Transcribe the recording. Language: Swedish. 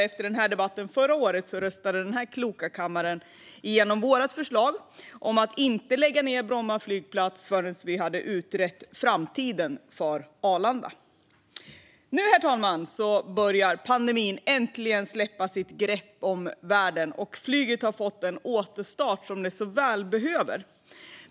Efter den här debatten förra året röstade som tur var denna kloka kammare igenom vårt förslag om att inte lägga ned Bromma flygplats förrän vi hade utrett framtiden för Arlanda. Nu, herr talman, börjar pandemin äntligen släppa sitt grepp om världen, och flyget har fått den återstart som det så väl behöver.